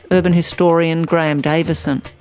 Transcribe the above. urban historian graeme davison.